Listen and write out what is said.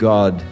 God